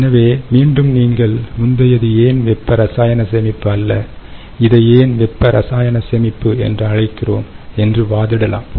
எனவே மீண்டும் நீங்கள் முந்தையது ஏன் வெப்ப ரசாயன சேமிப்பு அல்ல இதை ஏன் வெப்ப ரசாயன சேமிப்பு என்று அழைக்கிறோம் என்று வாதிடலாம்